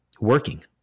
working